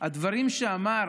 הדברים שאמר